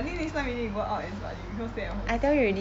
I think next time we need to go out and study because stay at home